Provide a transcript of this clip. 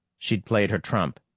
she'd played her trump,